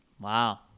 Wow